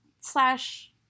slash